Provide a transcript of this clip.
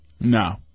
No